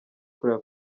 kureba